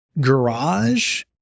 garage